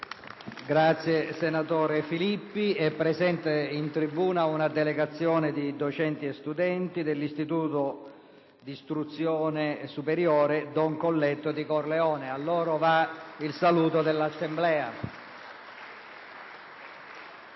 finestra"). Colleghi, è presente in tribuna una delegazione di docenti e studenti dell'Istituto di istruzione superiore "Don Giovanni Colletto" di Corleone. A loro va il saluto dell'Assemblea.